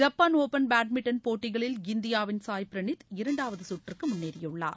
Japan open badminton போட்டிகளில் இந்தியாவின் சாய் பிரளீத் இரண்டாவது சுற்றுக்கு முன்னேறியுள்ளார்